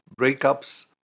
breakups